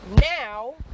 now